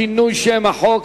שינוי שם החוק),